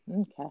Okay